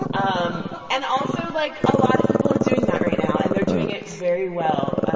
ah um and also, like, a lot of people are doing that right now and they're doing it very well.